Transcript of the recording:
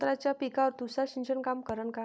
संत्र्याच्या पिकावर तुषार सिंचन काम करन का?